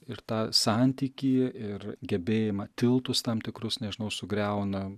ir tą santykį ir gebėjimą tiltus tam tikrus nežinau sugriauna